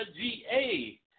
GA